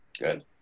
Good